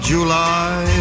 July